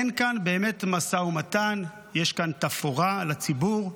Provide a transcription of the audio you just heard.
אין כאן באמת משא ומתן, יש כאן תפאורה לציבור,